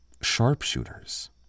sharpshooters